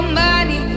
money